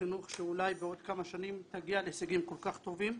חינוך שאולי בעוד כמה שנים תגיע להישגים כל כך טובים.